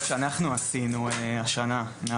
אוקיי אז תכף נפנה למשרד הביטחון.